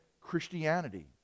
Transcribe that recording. christianity